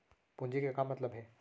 पूंजी के का मतलब हे?